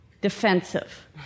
defensive